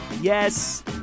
yes